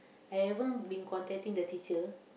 I haven't been contacting the teacher